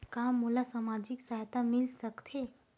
का मोला सामाजिक सहायता मिल सकथे?